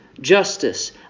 justice